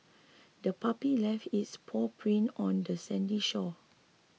the puppy left its paw prints on the sandy shore